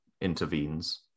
intervenes